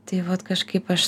tai vat kažkaip aš